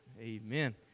Amen